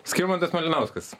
skirmantas malinauskas